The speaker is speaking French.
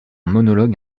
monologue